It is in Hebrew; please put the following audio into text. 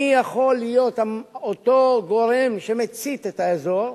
מי יכול להיות אותו גורם שמצית את האזור,